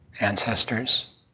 ancestors